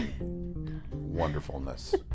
wonderfulness